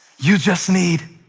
you just need